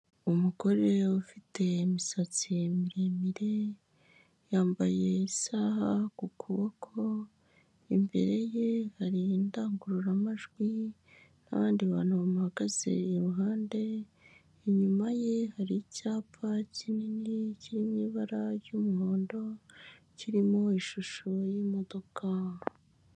Umugore ufite imisatsi miremire yambaye isaha ku kuboko imbere ye hari indangururamajwi nabandi bantu bahagaze iruhande inyuma ye hari icyapa kinini cy'ibara ry'umuhondo kirimo ishusho y'imodoka.